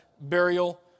burial